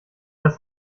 das